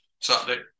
Saturday